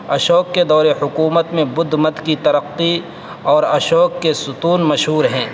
اشوک کے دور حکومت میں بدھ مت کی ترقی اور اشوک کے ستون مشہور ہیں